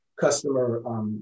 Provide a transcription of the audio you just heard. customer